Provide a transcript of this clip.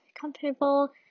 comfortable